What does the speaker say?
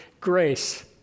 grace